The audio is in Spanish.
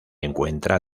encuentra